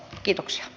kiitoksia